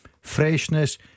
freshness